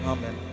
Amen